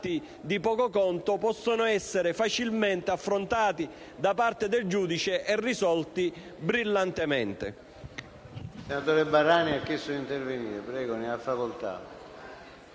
di poco conto può essere facilmente affrontato da parte del giudice e risolto brillantemente.